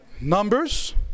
Numbers